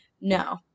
No